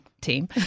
team